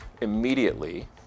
Immediately